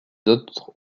autres